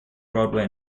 broadway